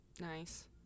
Nice